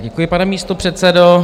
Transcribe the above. Děkuji, pane místopředsedo.